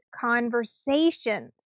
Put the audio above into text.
conversations